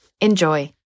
Enjoy